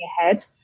ahead